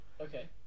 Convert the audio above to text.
Okay